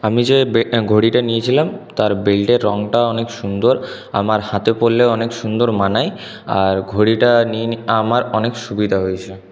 আমি যে ঘড়িটা নিয়েছিলাম তার বেল্টের রংটা অনেক সুন্দর আমার হাতে পরলে অনেক সুন্দর মানায় আর ঘড়িটা নিয়ে নিয়ে আমার অনেক সুবিধা হয়েছে